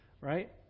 right